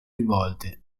rivolte